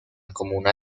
comuna